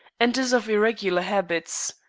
and is of irregular habits.